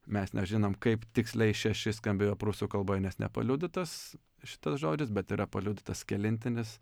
mes nežinom kaip tiksliai šeši skambėjo prūsų kalboj nes nepaliudytas šitas žodis bet yra paliudytas kelintinis